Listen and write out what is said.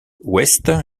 ouest